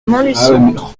montluçon